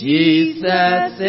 Jesus